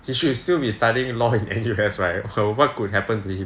he should still be studying law in N_U_S right so what could happen to him